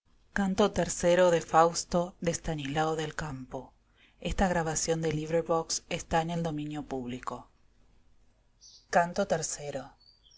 de fausto estanislao del campo nació en